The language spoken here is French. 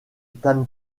tham